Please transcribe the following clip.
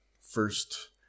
first